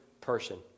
person